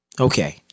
Okay